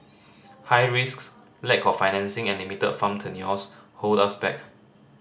high risks lack of financing and limited farm tenures hold us back